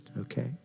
okay